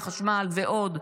חשמל ועוד,